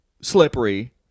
slippery